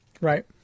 Right